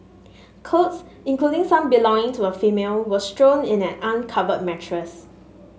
clothes including some belonging to a female were strewn in an uncovered mattress